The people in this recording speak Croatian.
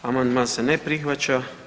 Amandman se ne prihvaća.